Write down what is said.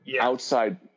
outside